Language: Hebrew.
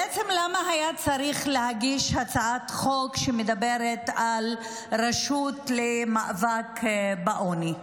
בעצם למה היה צריך להגיש הצעת חוק שמדברת על רשות למאבק בעוני?